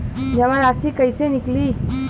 जमा राशि कइसे निकली?